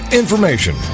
information